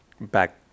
back